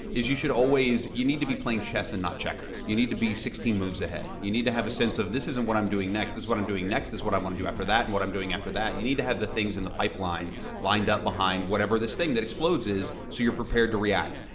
is you should always, you need to be playing chess and not checkers. you need to be sixteen moves ahead. you need to have a sense of this is and what i'm doing next, this is what i'm doing next, this is what i'm going to do after that, and what i'm doing after that. you need to have the things in the pipeline lined up behind whatever this thing that explodes is, so you're prepared to react.